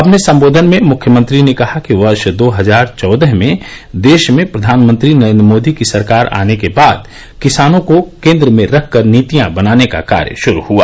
अपने संबोधन में मुख्यमंत्री ने कहा कि वर्ष दो हजार चौदह में देश में प्रधानमंत्री नरेंद्र मोदी की सरकार आने के बाद किसानों को केंद्र में रखकर नीतिया बनाने का कार्य शुरू हुआ